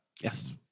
Yes